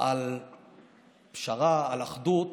על פשרה, על אחדות,